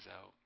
out